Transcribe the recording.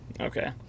okay